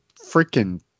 freaking